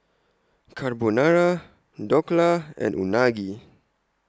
Carbonara Dhokla and Unagi